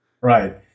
Right